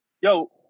Yo